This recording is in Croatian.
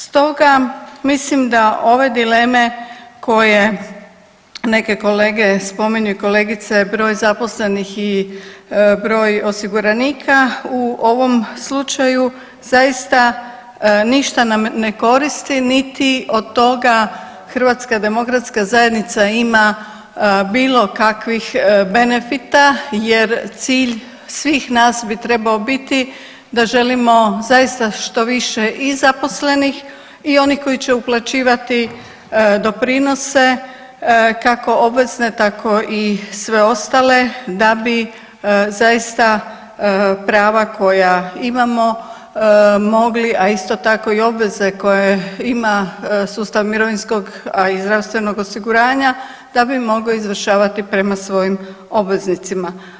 Stoga mislim da ove dileme koje neke kolege spominju i kolegice, broj zaposlenih i broj osiguranika u ovom slučaju zaista ništa nam ne koristi niti od toga HDZ ima bilo kakvih benefita jer cilj svih nas bi trebao biti da želimo zaista što više i zaposlenih i onih koji će uplaćivati doprinose kako obvezne tako i sve ostale da bi zaista prava koja imamo mogli, a isto tako i obveze koje ima sustav mirovinskog, a i zdravstvenog osiguranja da bi mogli izvršavati prema svojim obveznicima.